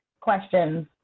questions